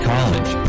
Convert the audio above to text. College